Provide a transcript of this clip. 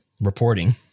reporting